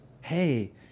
Hey